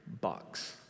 box